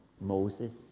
Moses